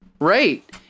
Right